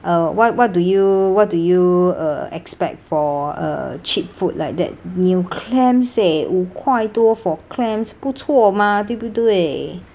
err what what do you what do you uh expect for a cheap food like that 你有 clams leh 五块多 for clams 不错 mah 对不对